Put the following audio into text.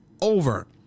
over